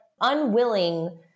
unwilling